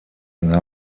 она